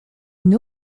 une